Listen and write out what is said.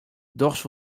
dochs